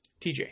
TJ